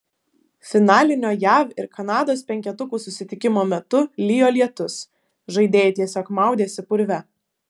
finalinio jav ir kanados penketukų susitikimo metu lijo lietus žaidėjai tiesiog maudėsi purve